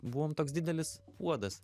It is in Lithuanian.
buvom toks didelis puodas